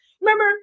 Remember